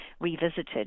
revisited